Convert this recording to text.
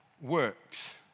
works